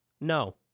No